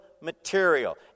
material